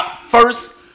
first